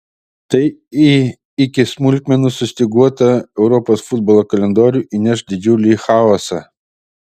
tai į iki smulkmenų sustyguotą europos futbolo kalendorių įneš didžiulį chaosą